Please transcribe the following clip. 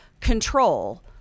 control